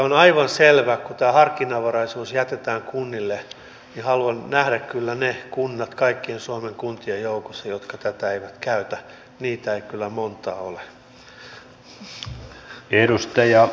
on aivan selvää että kun tämä harkinnanvaraisuus jätetään kunnille tätä käytetään haluan kyllä nähdä ne kunnat kaikkien suomen kuntien joukossa jotka tätä eivät käytä niitä ei kyllä montaa ole